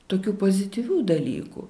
tokių pozityvių dalykų